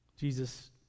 Jesus